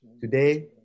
Today